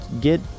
Get